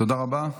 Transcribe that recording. תודה רבה.